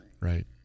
Right